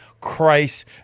Christ